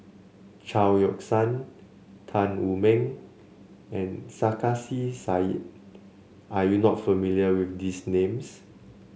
Chao Yoke San Tan Wu Meng and Sarkasi Said are you not familiar with these names